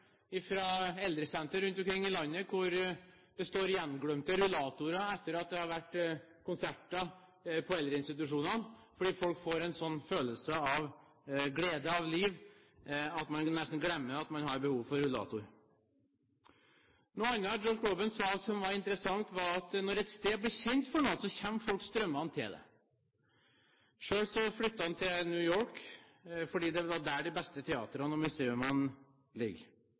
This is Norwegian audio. fra eldresentre rundt omkring i landet, der det står gjenglemte rullatorer etter at det har vært konsert på eldreinstitusjonen fordi folk får en følelse av glede og liv – og nesten glemmer at man har behov for rullator. Noe annet Josh Groban sa, som var interessant, var at når et sted blir kjent for noe, så kommer folk strømmende. Selv flyttet han til New York fordi det var der de beste